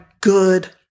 good